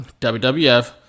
WWF